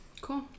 Cool